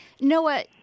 Noah